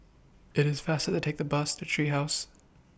IT IS faster to Take The Bus to Tree House